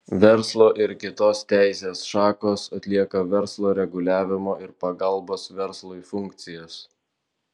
verslo ir kitos teisės šakos atlieka verslo reguliavimo ir pagalbos verslui funkcijas